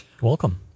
Welcome